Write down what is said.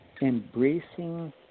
embracing